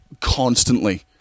Constantly